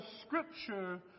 scripture